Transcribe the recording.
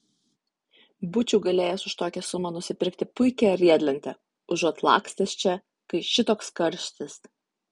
būčiau galėjęs už tokią sumą nusipirkti puikią riedlentę užuot lakstęs čia kai šitoks karštis